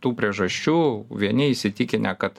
tų priežasčių vieni įsitikinę kad